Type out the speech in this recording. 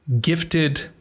gifted